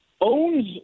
owns